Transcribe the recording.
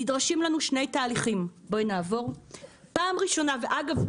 נדרשים לנו שני תהליכים: פעם ראשונה ואגב,